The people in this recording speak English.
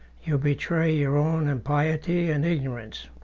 you betray your own impiety and ignorance.